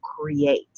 create